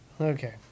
Okay